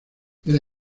era